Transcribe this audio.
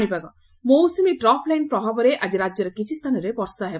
ପାଣିପାଗ ମୌସୁମୀ ଟ୍ରଫଲାଇନ୍ ପ୍ରଭାବରେ ଆଜି ରାଜ୍ୟର କିଛି ସ୍ତାନରେ ବର୍ଷା ହେବ